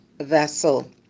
vessel